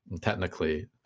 technically